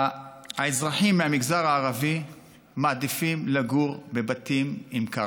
האזרחים מהמגזר הערבי מעדיפים לגור בבתים עם קרקע.